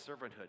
servanthood